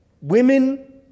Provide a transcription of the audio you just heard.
Women